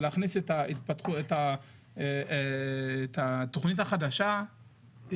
ולהכניס את התכנית החדשה,